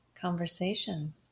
conversation